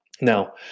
Now